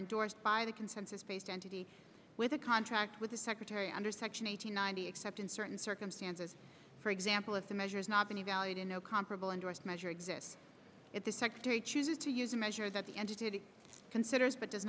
endorsed by the consensus based entity with a contract with the secretary under section eight hundred ninety except in certain circumstances for example if the measure is not been evaluated no comparable interests measure exists at the secretary chooses to use a measure that the entity considers but does